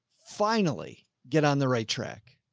finally get on the right track.